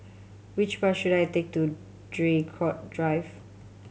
which bus should I take to Draycott Drive